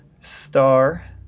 star